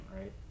right